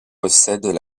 possèdent